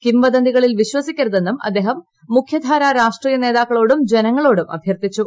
കിംവദന്തികളിൽ വിശ്വസിക്കരുതെന്നും അദ്ദേഹം മുഖ്യധാരാ രാഷ്ട്രീയ് നേതാക്കളോടും ജനങ്ങളോടും അഭ്യർത്ഥിച്ചു